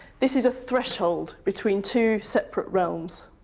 this is a threshold between two separate realms.